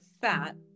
fat